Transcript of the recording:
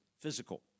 Physical